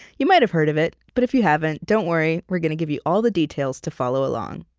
you might've heard of it, but if you haven't, don't worry, we're going to give you all the details to follow along